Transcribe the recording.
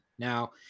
Now